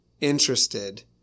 interested